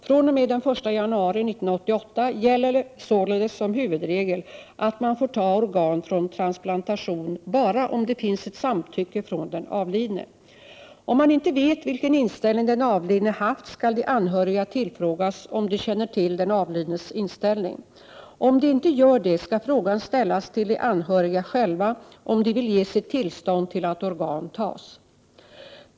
fr.o.m. den 1 januari 1988 gäller således som huvudregel att man får ta organ för transplantation bara om det finns ett samtycke från den avlidne. Om man inte vet vilken inställning den avlidne haft skall de anhöriga tillfrågas om de känner till den avlidnes inställning. Om de inte gör det skall frågan ställas till de anhöriga själva om de vill ge sitt tillstånd till att organ tas.